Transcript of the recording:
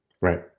Right